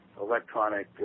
electronic